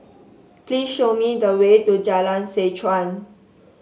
please show me the way to Jalan Seh Chuan